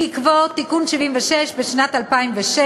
בעקבות תיקון 76 בשנת 2006,